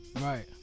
Right